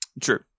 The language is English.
True